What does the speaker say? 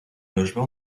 logement